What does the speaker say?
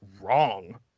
wrong